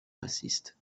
bassiste